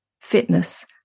fitness